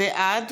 בעד